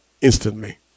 instantly